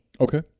Okay